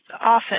often